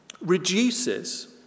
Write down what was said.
reduces